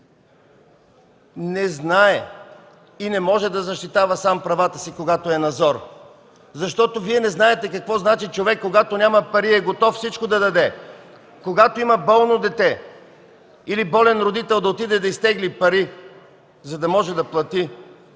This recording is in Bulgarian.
не знае и не може да защитава сам правата си, когато е на зор. Вие не знаете какво значи когато човек няма пари и е готов всичко да даде, когато има болно дете или болен родител, да отиде да изтегли пари, за да може да плати